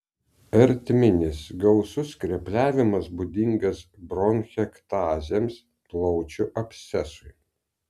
ertminis gausus skrepliavimas būdingas bronchektazėms plaučių abscesui